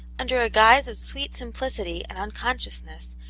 under a guise of sweet simplicity and uncon sciousness,